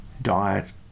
diet